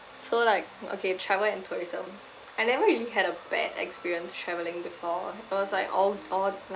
so like okay travel and tourism I never really had a bad experience travelling before it was like all all